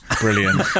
brilliant